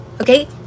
okay